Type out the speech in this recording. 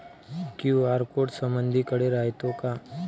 QR code समदीकडे रायतो का?